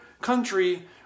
country